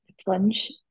plunge